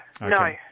no